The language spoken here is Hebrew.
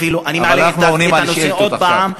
אפילו אני מעלה את הנושא עוד הפעם,